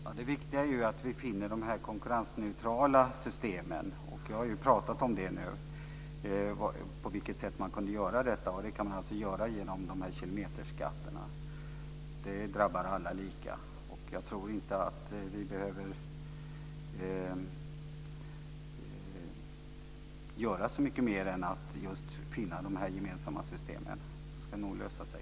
Fru talman! Det viktiga är ju att vi finner de konkurrensneutrala systemen. Jag har ju pratat om på vilket sätt man kunde göra detta. Det kan man alltså göra genom kilometerskatterna. Det drabbar alla lika. Jag tror inte att vi behöver göra så mycket mer än att just finna de gemensamma systemen, så ska det nog lösa sig.